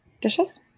dishes